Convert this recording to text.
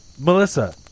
Melissa